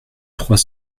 trois